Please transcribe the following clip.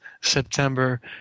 September